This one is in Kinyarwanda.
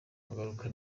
ngaruka